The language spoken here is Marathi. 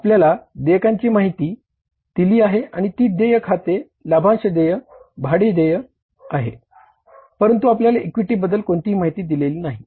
परंतु आपल्याला इक्विटी बद्दल कोणतीही माहिती दिलेली नाही